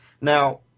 Now